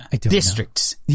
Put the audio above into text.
Districts